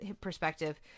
perspective